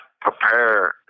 prepare